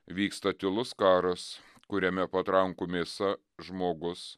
vyksta tylus karas kuriame patrankų mėsa žmogus